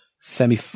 semi